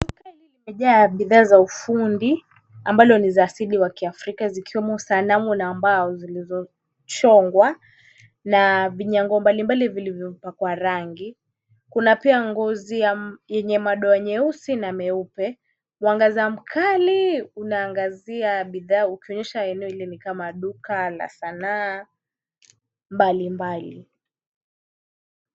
Duka hili limejaa bidhaa za ufundi ambalo ni za asili ya kiafrika. Zikiwemo sanamu na mbao zilizochongwa na vinyango mbalimbali vilivyopakwa rangi. Kuna pia ngozi yenye madoa meusi na meupe . Mwangaza mkali unaangazia bidhaa ukionyesha eneo lile ni kama duka la sanaa mbalimbali.